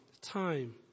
time